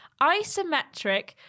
isometric